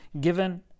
given